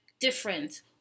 different